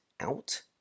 out